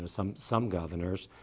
ah some some governors,